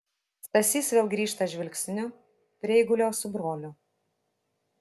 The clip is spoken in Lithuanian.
stasys vėl grįžta žvilgsniu prie eigulio su broliu